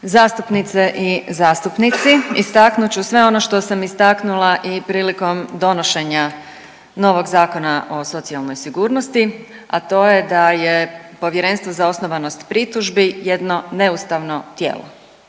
Zastupnice i zastupnici, istaknut ću sve ono što sam istaknula i prilikom donošenja novog zakona o socijalnoj sigurnosti, a to je da je Povjerenstvo za osnovanost pritužbi jedno neustavno tijelo.